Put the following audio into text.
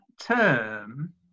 term